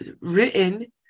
written